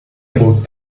about